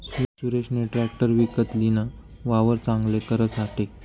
सुरेशनी ट्रेकटर विकत लीन, वावर चांगल करासाठे